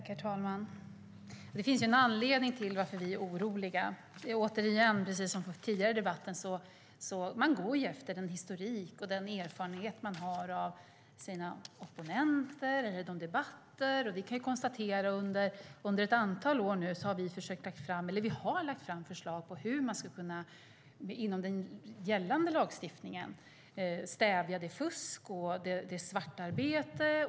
Herr talman! Det finns en anledning till att vi är oroliga. Man går efter den historik och erfarenhet man har av sina opponenter eller de debatter man har haft. Och under ett antal år nu har vi lagt fram förslag på hur man inom den gällande lagstiftningen ska kunna stävja fusk och svartarbete.